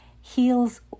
heals